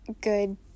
good